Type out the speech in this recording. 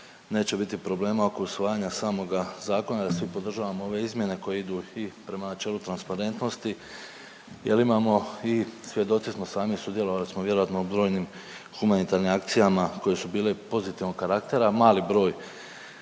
neće biti problema oko usvajanja samoga zakona, da svi podržavamo ove izmjene koje idu i prema načelu transparentnosti jel imamo i svjedoci smo sami sudjelovali smo vjerojatno u brojnim humanitarnim akcijama koje su bile pozitivnog karaktera. Mali broj